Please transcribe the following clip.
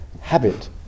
habit